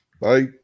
Bye